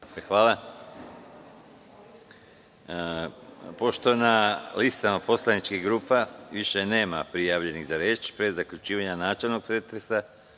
Hvala. Pošto na listama poslaničkih grupa više nema prijavljenih za reč, pre zaključivanja načelnog pretresa,